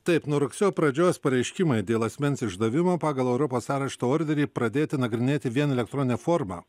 taip nuo rugsėjo pradžios pareiškimai dėl asmens išdavimo pagal europos arešto orderį pradėti nagrinėti vien elektronine forma